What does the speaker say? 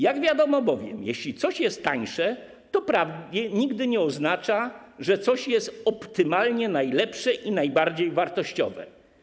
Jak bowiem wiadomo, jeśli coś jest tańsze, to prawie nigdy nie oznacza, że coś jest optymalne, najlepsze i najbardziej wartościowe.